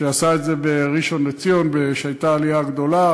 שעשה את זה בראשון-לציון כשהייתה העלייה הגדולה.